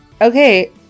okay